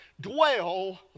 dwell